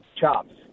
chops